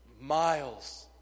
miles